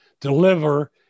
Deliver